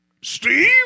Steve